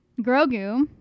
Grogu